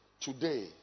today